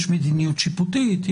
יש מדיניות שיפוטית,